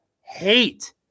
hate